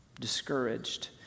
discouraged